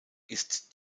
ist